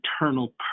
eternal